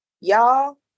y'all